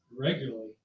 regularly